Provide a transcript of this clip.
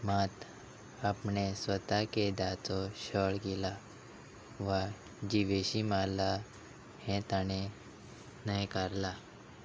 मात आपणें स्वता केदाचो छळ गेला वा जिवेशी मारला हे ताणें न्हयकारला